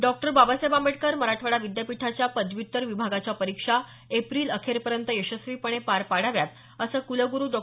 डॉ बाबासाहेब आंबेडकर मराठवाडा विद्यापीठाच्या पदव्युत्तर विभागाच्या परीक्षा एप्रिल अखेरपर्यंत यशस्वीपणे पार पाडाव्यात असं कुलगुरु डॉ